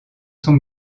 son